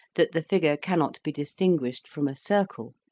that the figure cannot be distinguished from a circle,